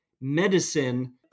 medicine